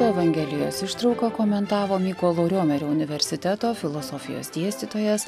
evangelijos ištrauką komentavo mykolo riomerio universiteto filosofijos dėstytojas